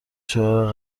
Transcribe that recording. شوهر